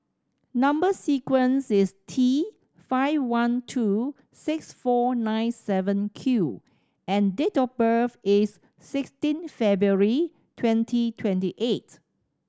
number sequence is T five one two six four nine seven Q and date of birth is sixteen February twenty twenty eight